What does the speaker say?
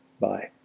Bye